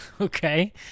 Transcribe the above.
Okay